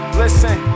listen